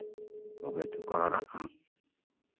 ᱛᱚᱵᱮ ᱛᱚᱠᱚ ᱦᱟᱨᱟᱜᱼᱟ